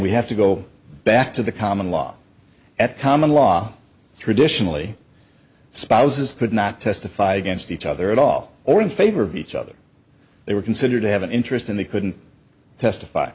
we have to go back to the common law at common law traditionally spouses could not testify against each other at all or in favor of each other they were considered to have an interest and they couldn't testify